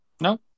No